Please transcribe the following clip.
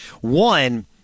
One